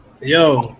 Yo